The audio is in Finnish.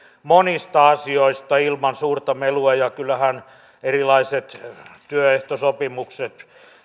monista asioista ilman suurta melua ja kyllähän erilaiset työehtosopimukset